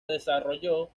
desarrolló